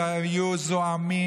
שהיו זועמים,